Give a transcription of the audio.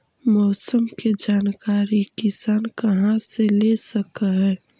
मौसम के जानकारी किसान कहा से ले सकै है?